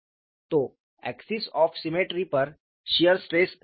तो axis of symmetry पर shear stress 0 है